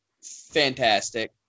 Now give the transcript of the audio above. fantastic